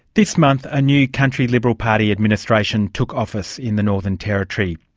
this month a new country liberal party administration took office in the northern territory.